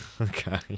Okay